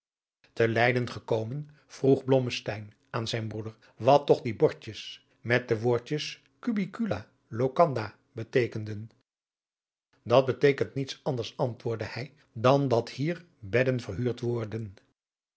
te leyden gekomen vroeg blommesteyn aan zijn broeder wat toch die bordjes met de woordjes cubicula locanda beteekenden dat beteekent niets anders antwoordde hij dan dat hier bedden verhuurd worden